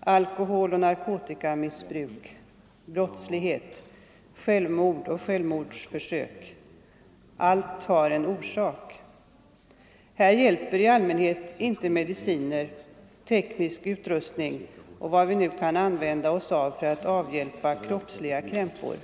alkoholoch narkotikamissbruk, brottslighet, självmord och självmordsförsök, allt har en orsak. Här hjälper i allmänhet inte mediciner, teknisk utrustning och vad vi nu kan använda oss av för att avhjälpa kroppsliga krämpor.